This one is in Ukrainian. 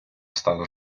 стала